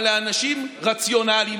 אבל לאנשים רציונליים,